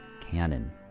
canon